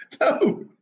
No